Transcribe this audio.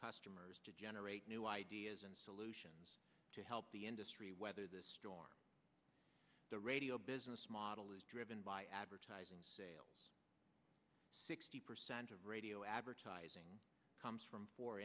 customers to generate new ideas and solutions to help the industry weather this storm the radio business model is driven by advertising sales sixty percent of radio advertising comes from four